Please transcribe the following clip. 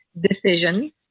decision